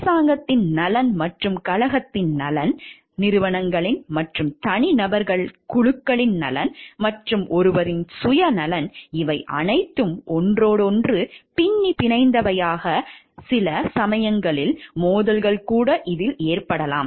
அரசாங்கத்தின் நலன் மற்றும் கழகத்தின் நலன் நிறுவனங்களின் மற்றும் தனிநபர்களின் குழுக்களின் நலன் மற்றும் ஒருவரின் சுயநலன் இவை அனைத்தும் ஒன்றோடொன்று பின்னிப் பிணைந்தவை போல சில சமயங்களில் மோதல்கள் கூட இருக்கலாம்